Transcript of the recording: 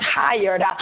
tired